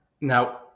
Now